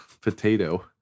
potato